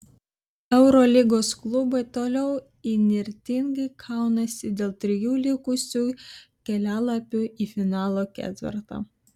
eurolygos klubai toliau įnirtingai kaunasi dėl trijų likusių kelialapių į finalo ketvertą